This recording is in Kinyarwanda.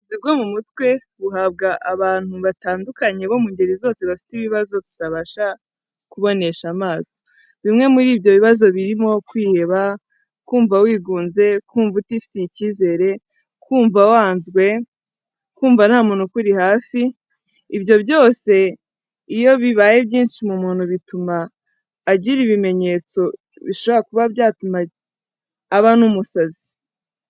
Ubuvuzi bwo mu mutwe, buhabwa abantu batandukanye bo mu ngeri zose bafite ibibazo bitabasha, kubonesha amaso. Bimwe muri ibyo bibazo birimo kwiheba, kumva wigunze, kumva utifitiye icyizere, kumva wanzwe, kumva nta muntu ukuri hafi, ibyo byose iyo bibaye byinshi mu muntu bituma, agira ibimenyetso bishobora kuba byatuma aba n'umusazi.